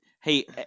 hey